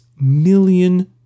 million